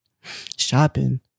Shopping